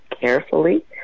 carefully